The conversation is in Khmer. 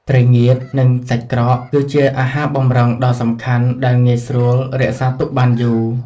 ត្រីងៀត និងសាច់ក្រក គឺជាអាហារបម្រុងដ៏សំខាន់ដែលងាយស្រួលរក្សាទុកបានយូរ។